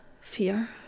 fear